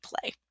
play